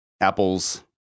Apple's